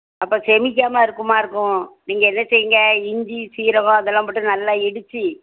அப்போ செமிக்காமல் இருக்குமா இருக்கும் நீங்கள் என்ன செய்யுங்க இஞ்சி சீரகம் அதெல்லாம் போட்டு நல்லா இடித்து